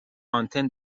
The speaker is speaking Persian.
آنتن